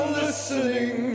listening